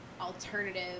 alternative